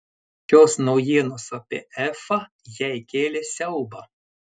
šios naujienos apie efą jai kėlė siaubą